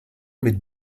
mit